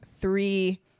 three